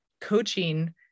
coaching